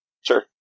Sure